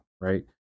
Right